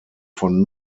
von